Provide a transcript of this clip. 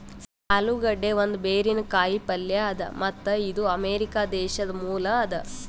ಆಲೂಗಡ್ಡಿ ಒಂದ್ ಬೇರಿನ ಕಾಯಿ ಪಲ್ಯ ಅದಾ ಮತ್ತ್ ಇದು ಅಮೆರಿಕಾ ದೇಶದ್ ಮೂಲ ಅದಾ